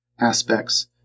aspects